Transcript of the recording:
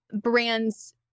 brands